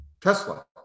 tesla